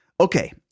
Okay